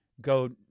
go